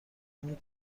اون